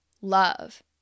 love